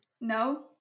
No